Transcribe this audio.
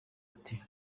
ati